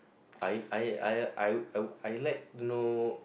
I I I I I like to know